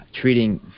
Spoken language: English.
treating